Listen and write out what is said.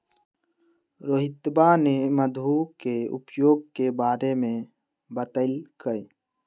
रोहितवा ने मधु के उपयोग के बारे में बतल कई